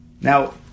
Now